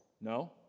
No